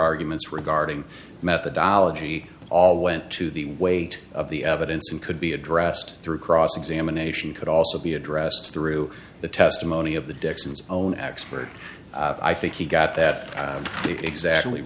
arguments regarding methodology all went to the weight of the evidence and could be addressed through cross examination could also be addressed through the testimony of the dixons own expert i think he got that to exactly